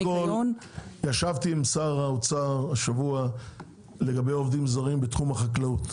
ישבתי עם שר האוצר השבוע לגבי עובדים זרים בתחום החקלאות,